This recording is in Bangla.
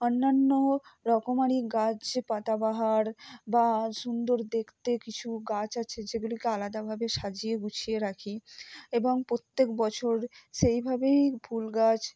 অন্যান্য রকমারি গাছ পাতাবাহার বা সুন্দর দেখতে কিছু গাছ আছে যেগুলিকে আলাদাভাবে সাজিয়ে গুছিয়ে রাখি এবং প্রত্যেক বছর সেইভাবেই ফুল গাছ